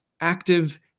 active